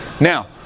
Now